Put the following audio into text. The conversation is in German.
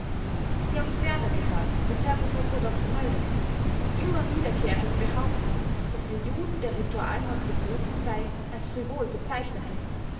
sie haben ferner gehört daß herr professor dr nöldecke die immer wiederkehrende behauptung daß den juden der ritualmord geboten sei als frivol bezeichnete